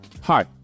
Hi